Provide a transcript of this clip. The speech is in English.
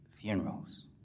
funerals